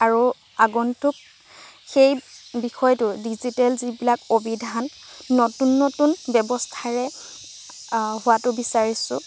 আৰু আগন্তুক সেই বিষয়টো ডিজিটেল যিবিলাক অভিধান নতুন নতুন ব্যৱস্থাৰে হোৱাটো বিচাৰিছোঁ